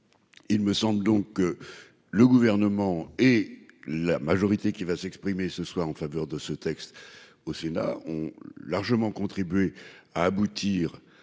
il me semble donc le gouvernement et la majorité qui va s'exprimer ce soir en faveur de ce texte au Sénat ont largement contribué à aboutir